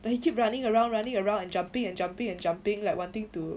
but he keep running around running around and jumping and jumping and jumping like wanting to